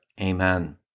Amen